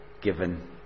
given